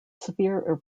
severe